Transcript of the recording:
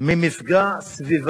המפגעים